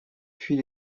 puis